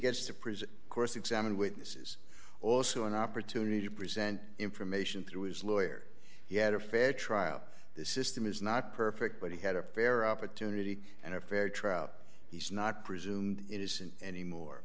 gets to present course examine witnesses also an opportunity to present information through his lawyer he had a fair trial this system is not perfect but he had a fair opportunity and a fair trial he's not presumed innocent anymore